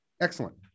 excellent